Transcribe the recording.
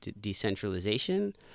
decentralization